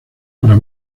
para